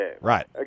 right